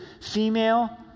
female